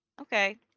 okay